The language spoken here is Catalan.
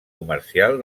comercial